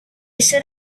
set